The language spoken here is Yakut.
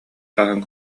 хаһан